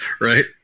Right